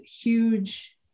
huge